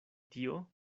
tio